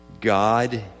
God